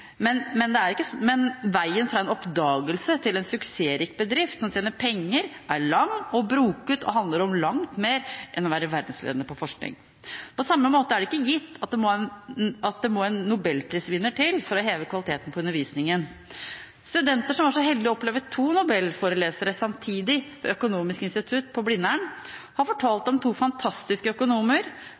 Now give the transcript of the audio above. Men veien fra en oppdagelse til en suksessrik bedrift som tjener penger, er lang og broket og handler om langt mer enn å være verdensledende på forskning. På samme måte er det ikke gitt at det må en nobelprisvinner til for å heve kvaliteten på undervisningen. Studenter som var så heldige å oppleve to nobelforelesere samtidig ved Økonomisk institutt på Blindern, har fortalt om to fantastiske økonomer,